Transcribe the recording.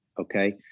Okay